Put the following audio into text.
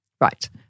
Right